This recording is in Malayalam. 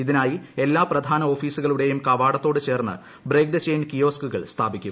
ഇതിനായി എല്ലാ പ്രധാന ഓഫീസുകളുടേയും കവാടത്തോട് ചേർന്ന് ബ്രേക്ക് ദ ചെയിൻ കിയോസ്കുകൾ സ്ഥാപിക്കും